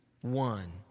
one